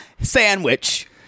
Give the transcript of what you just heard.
sandwich